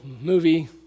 movie